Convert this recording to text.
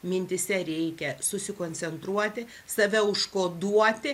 mintyse reikia susikoncentruoti save užkoduoti